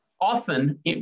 often